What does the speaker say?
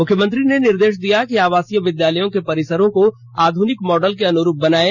मुख्यमंत्री ने निर्देश दिया कि आवासीय विद्यालयों के परिसरों को आधुनिक मॉडल के अनुरूप बनाएं